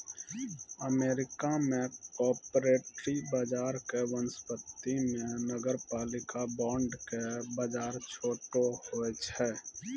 America मे corporate बजारो के वनिस्पत मे नगरपालिका बांड के बजार छोटो होय छै